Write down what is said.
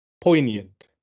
poignant